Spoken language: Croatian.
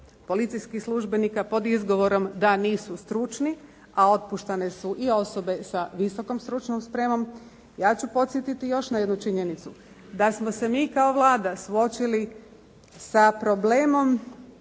policijskih službenika pod izgovorom da nisu stručni, a otpuštane su i osobe sa visokom stručnom spremom. Ja ću podsjetiti još na jednu činjenicu, da smo se mi kao Vlada suočili sa problemom